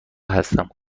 هستم